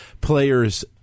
players